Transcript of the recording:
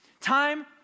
Time